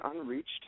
unreached